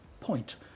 point